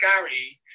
Gary